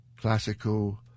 classical